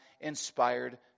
inspired